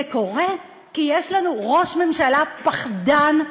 זה קורה כי יש לנו ראש ממשלה פחדן,